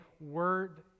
word